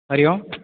Hari Om